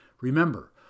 Remember